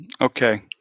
Okay